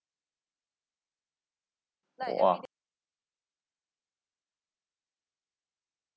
!wah!